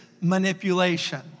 manipulation